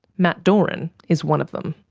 matt doran is one of them.